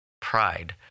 pride